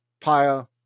Pia